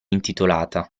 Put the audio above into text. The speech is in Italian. intitolata